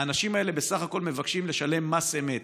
האנשים האלה בסך הכול מבקשים לשלם מס אמת.